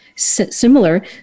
Similar